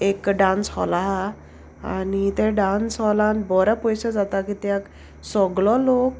एक dance hall आहा आनी ते डांस हॉलान बरो पयसो जाता कित्याक सोगलो लोक